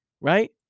Right